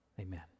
Amen